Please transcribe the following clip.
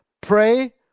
Pray